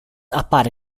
appare